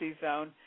Zone